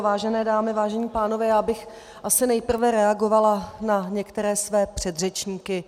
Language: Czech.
Vážené dámy, vážení pánové, já bych asi nejprve reagovala na některé své předřečníky.